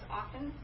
often